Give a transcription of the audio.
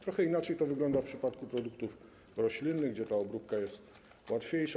Trochę inaczej to wygląda w przypadku produktów roślinnych, gdzie ta obróbka jest łatwiejsza.